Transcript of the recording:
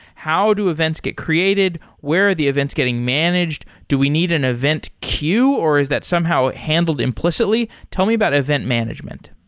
how do events get created? where are the events getting managed? do we need an event queue or is that somehow handled implicitly? tell me about event management.